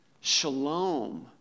shalom